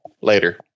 Later